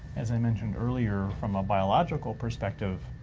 as i mentioned earlier, from a biological perspective,